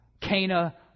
Cana